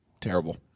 terrible